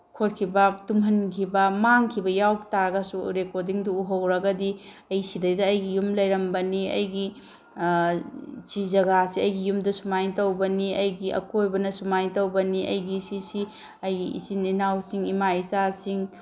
ꯈꯣꯠꯈꯤꯕ ꯇꯨꯝꯍꯟꯈꯤꯕ ꯃꯥꯡꯈꯤꯕ ꯌꯥꯎꯇꯥꯔꯒꯁꯨ ꯔꯦꯀꯣꯔꯗꯤꯡꯗꯨ ꯎꯍꯧꯔꯒꯗꯤ ꯑꯩ ꯁꯤꯗꯩꯗ ꯑꯩꯒꯤ ꯌꯨꯝ ꯂꯩꯔꯝꯕꯅꯤ ꯑꯩꯒꯤ ꯁꯤ ꯖꯒꯥꯁꯤ ꯑꯩ ꯌꯨꯝꯗꯨ ꯁꯨꯃꯥꯏꯅ ꯇꯧꯕꯅꯤ ꯑꯩꯒꯤ ꯑꯀꯣꯏꯕꯅ ꯁꯨꯃꯥꯏꯅ ꯇꯧꯕꯅꯤ ꯑꯩꯒꯤ ꯁꯤ ꯁꯤ ꯑꯩꯒꯤ ꯏꯆꯤꯟ ꯏꯅꯥꯎꯁꯤꯡ ꯏꯃꯥ ꯏꯆꯥꯁꯤꯡ